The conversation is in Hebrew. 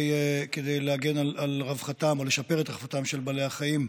כדי להגן על רווחתם או לשפר את רווחתם של בעלי החיים.